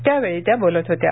त्यावेळी त्या बोलत होत्या